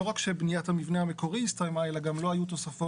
לא רק שבניית המבנה המקורי הסתיימה אלא גם לא היו תוספות